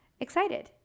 excited